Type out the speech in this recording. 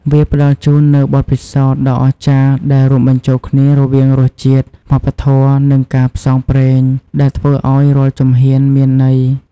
វាផ្តល់ជូននូវបទពិសោធន៍ដ៏អស្ចារ្យដែលរួមបញ្ចូលគ្នារវាងរសជាតិ វប្បធម៌ និងការផ្សងព្រេង ដែលធ្វើឱ្យរាល់ជំហានមានន័យ។